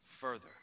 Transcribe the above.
further